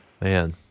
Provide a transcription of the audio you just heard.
man